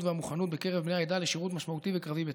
והמוכנות בקרב בני העדה לשירות משמעותי וקרבי בצה"ל.